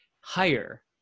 higher